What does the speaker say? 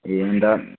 ए अन्त